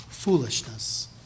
Foolishness